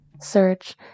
Search